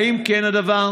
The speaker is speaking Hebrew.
1. האם כן הדבר?